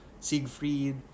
Siegfried